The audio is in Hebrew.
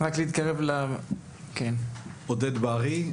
עודד ברי.